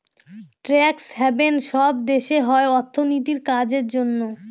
tax haven সব দেশে হয় অর্থনীতির কাজের জন্য